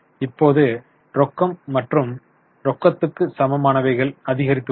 இப்போது ரொக்கம் மற்றும் ரொக்கத்துக்கு சமமானவைகள் அதிகரித்துள்ளன